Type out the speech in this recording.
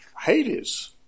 Hades